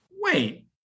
Wait